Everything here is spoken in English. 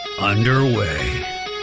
underway